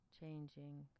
changing